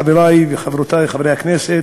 חברי וחברותי חברי הכנסת,